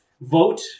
vote